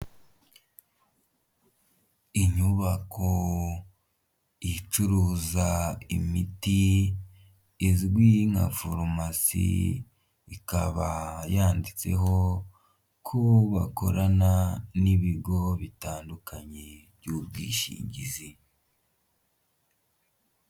Inyubako icuruza imiti izwi nka farumasi ikaba yanditseho ko bakorana n'ibigo bitandukanye by'ubwishingizi.